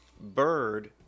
Bird